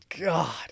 God